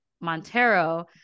Montero